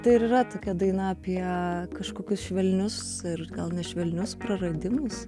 tai ir yra tokia daina apie kažkokius švelnius ir gal ne švelnius praradimus